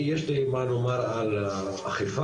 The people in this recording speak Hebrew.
יש לי מה לומר על האכיפה,